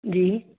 जी